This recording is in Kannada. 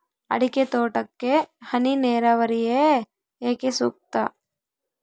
ಅಡಿಕೆ ತೋಟಕ್ಕೆ ಹನಿ ನೇರಾವರಿಯೇ ಏಕೆ ಸೂಕ್ತ?